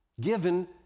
given